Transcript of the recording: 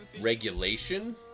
regulation